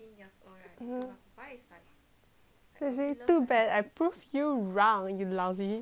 then say too bad I prove you wrong you lousy